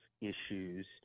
issues